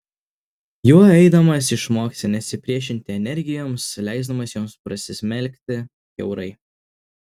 juo eidamas išmoksi nesipriešinti energijoms leisdamas joms prasismelkti kiaurai